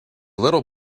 little